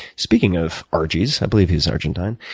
speaking of argies, i believe he's argentine.